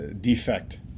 defect